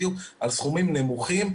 סכומים נמוכים.